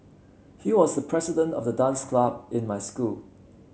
he was the president of the dance club in my school